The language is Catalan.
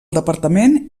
departament